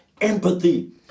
empathy